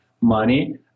money